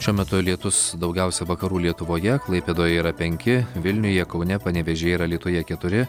šiuo metu lietus daugiausia vakarų lietuvoje klaipėdoje yra penki vilniuje kaune panevėžyje ir alytuje keturi